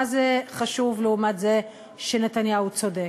מה זה חשוב לעומת שנתניהו צודק?